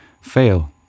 Fail